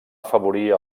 afavorir